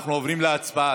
אנחנו עוברים להצבעה.